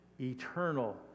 eternal